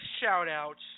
shout-outs